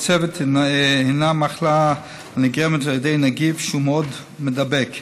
חצבת היא מחלה הנגרמת על ידי נגיף שהוא מאוד מדבק.